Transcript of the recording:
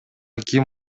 ким